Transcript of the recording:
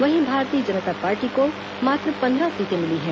वहीं भारतीय जनता पार्टी को मात्र पंद्रह सीटें मिली हैं